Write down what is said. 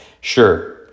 Sure